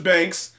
Banks